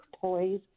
toys